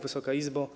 Wysoka Izbo!